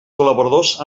col·laboradors